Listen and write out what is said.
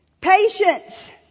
Patience